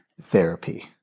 therapy